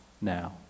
now